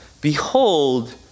Behold